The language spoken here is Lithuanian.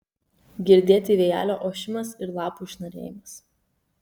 girdėti vėjelio ošimas ir lapų šnarėjimas